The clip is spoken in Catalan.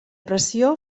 pressió